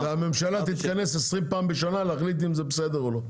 והממשלה תתכנס 20 פעמים בשנה על מנת להחליט אם זה בסדר או לא.